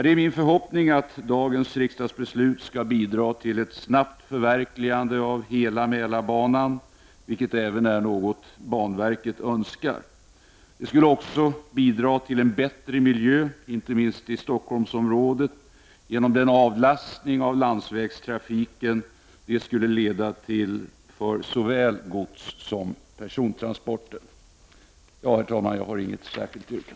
Det är min förhoppning att dagens riksdagsbeslut skall bidra till ett snabbt förverkligande av hela Mälarbanan, vilket även är något som banverket önskar. Det skulle också bidra till en bättre miljö, inte minst i Stockholmsområdet, genom den avlastning av landsvägstrafiken som det skulle leda till för såväl godssom persontransporter. Herr talman! Jag har inget särskilt yrkande.